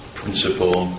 principle